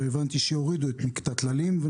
והבנתי שהורידו את מקטע טללים.